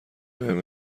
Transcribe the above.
بهم